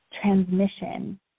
transmission